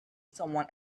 someone